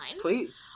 Please